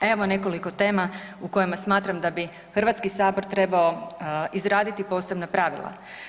Evo nekoliko tema u kojima smatram da bi Hrvatski sabor trebao izraditi posebna pravila.